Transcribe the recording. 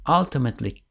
ultimately